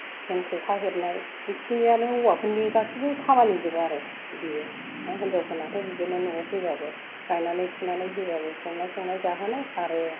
सेन खखा हेबनाय बेखिनियानो हौवाफोरनि गासैबो खामानिजोब आरो बेयो आरो हिनजावफोरनाथ' बिदिनो न'आव फैब्लाबो गायनानै फुनानै फैब्लाबो संनाय खावनाय जाहोनाय आरो